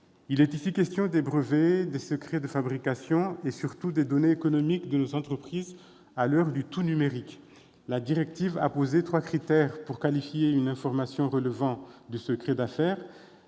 Il est ici question des brevets, des secrets de fabrication et, surtout, des données économiques de nos entreprises à l'heure du tout numérique. La directive a posé trois critères pour qualifier une information relevant du secret d'affaires